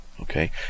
okay